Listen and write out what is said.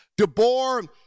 DeBoer